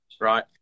right